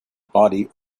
body